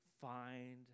find